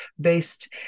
based